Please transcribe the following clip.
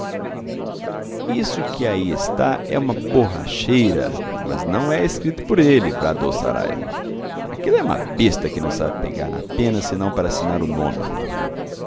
isso que aí está é uma borracheira mas não é escrito por ele bradou o saraiva aquilo é uma besta que não sabe pegar na pena senão para assinar o nome